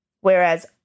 whereas